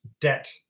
debt